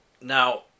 now